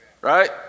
right